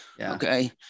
Okay